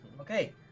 Okay